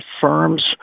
firms